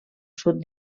sud